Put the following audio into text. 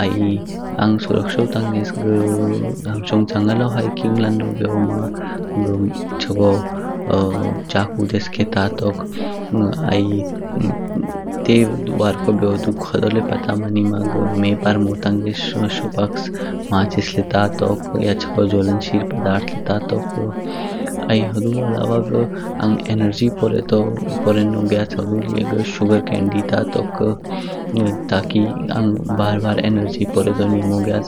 आइ अग सुरक्षा ताँगेस घ हमशोग जांगलो हइकिन्ग लानो बेओमा घ छागो चाकु डेकसे तातोक। आइ तेे वारको बेओडुक होदो ल्यो पता मणिमा घ मेे परमों ताँगेस शुपक्ष माचिस लेे तातोक या छागो जावलन शीेल पदार्थ लेे तातोक। आइ हुडु अलावा घ अग इनर्जी पोरेनो ग्याच हुडु लिए घ शुगर कैंडी तातोक ताँकि अग बार बार एनर्जी पोरेनो ग्याच।